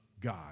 God